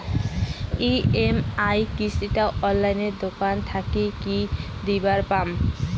EMI কিস্তি টা অনলাইনে দোকান থাকি কি দিবার পাম?